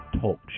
Talk